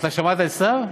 שמעת את סתיו?